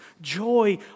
joy